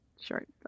short